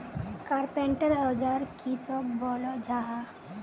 Carpenter औजार किसोक बोलो जाहा?